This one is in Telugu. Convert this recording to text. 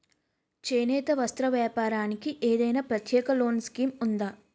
చేనేత వస్త్ర వ్యాపారానికి ఏదైనా ప్రత్యేక లోన్ స్కీం ఉందా?